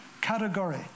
category